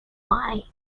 why